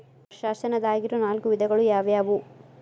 ವರ್ಷಾಶನದಾಗಿರೊ ನಾಲ್ಕು ವಿಧಗಳು ಯಾವ್ಯಾವು?